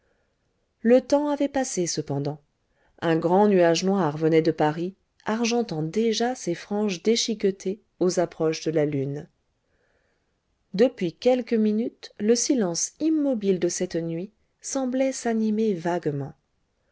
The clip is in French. le temps avait passé cependant un grand nuage noir venait de paris argentant déjà ses franges déchiquetées aux approches de la lune depuis quelques minutes le silence immobile de cette nuit semblait s'animer vaguement